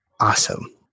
Awesome